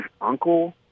uncle